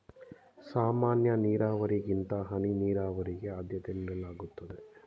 ಸಾಮಾನ್ಯ ನೀರಾವರಿಗಿಂತ ಹನಿ ನೀರಾವರಿಗೆ ಆದ್ಯತೆ ನೀಡಲಾಗುತ್ತದೆ